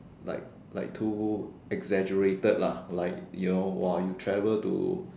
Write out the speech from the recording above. like like too exaggerated lah like you know what you travel to